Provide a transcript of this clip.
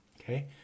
Okay